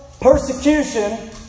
persecution